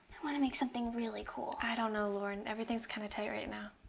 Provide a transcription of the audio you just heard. i wanna make something really cool. i don't know, lauren. everything's kind of tight right now.